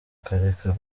ukareka